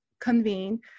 Convene